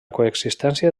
coexistència